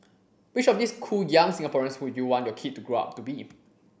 which of these cool young Singaporeans would you want your kid to grow up to be